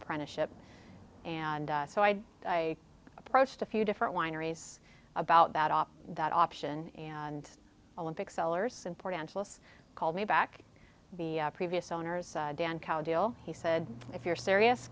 apprenticeship and so i approached a few different wineries about that off that option and olympic sellers in port angeles called me back the previous owners dan cow deal he said if you're serious